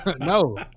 no